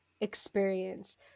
experience